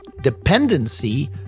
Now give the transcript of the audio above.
dependency